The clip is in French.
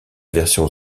version